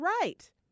right